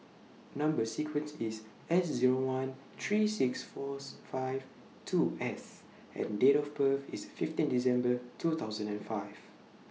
Number sequence IS S Zero one three six Fourth five two S and Date of birth IS fifteen December two thousand and five